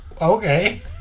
Okay